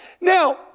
Now